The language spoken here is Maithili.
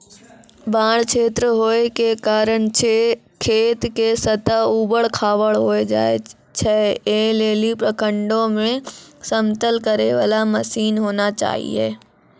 बाढ़ क्षेत्र होय के कारण खेत के सतह ऊबड़ खाबड़ होय जाए छैय, ऐ लेली प्रखंडों मे समतल करे वाला मसीन होना चाहिए?